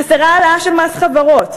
חסרה העלאה של מס חברות,